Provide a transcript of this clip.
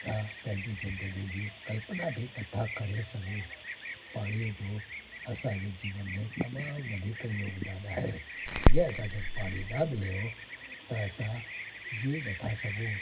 असां ज़िंदगी जी कल्पना बि नथा करे सघूं पाणीअ जो असांजे जीवन में तमामु वधीक योगदान आहे जंहिं असांखे पाणी न मिलियो त असांजी नथा सघूं